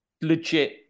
legit